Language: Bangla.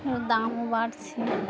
দাম বাড়ছে